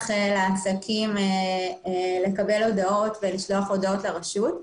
לעסקים לקבל הודעות ולשלוח הודעות לרשות.